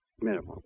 minimum